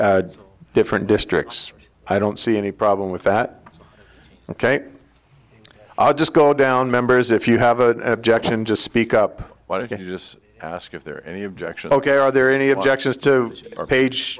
dist different districts i don't see any problem with that ok i'll just go down members if you have a objection just speak up why don't you just ask if there are any objections ok are there any objections to our page